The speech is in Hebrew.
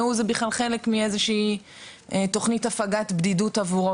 וזה בכלל חלק מאיזושהי תכנית הפגת בדידות עבורו.